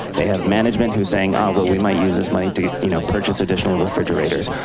they have management who's saying, ah, well we might use this money to you know purchase additional refrigerators.